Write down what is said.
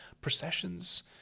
processions